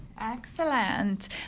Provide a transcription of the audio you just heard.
Excellent